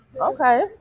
Okay